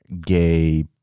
gay